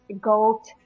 gold